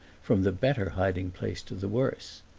from the better hiding place to the worse.